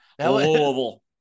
Louisville